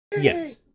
Yes